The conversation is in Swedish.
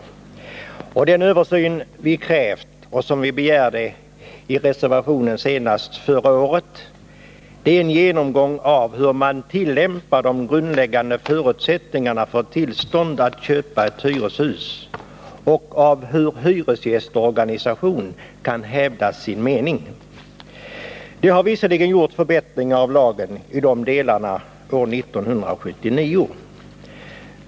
Vad vi krävt och vad vi senast förra året begärt i en reservation till vederbörande utskottsbetänkande är en genomgång av de grundläggande förutsättningarna för tillstånd att köpa ett hyreshus samt av hyresgästorganisations möjligheter att hävda sin mening. Det har visserligen gjorts vissa förbättringar av lagen i dessa delar år 1979.